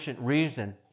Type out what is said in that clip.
reason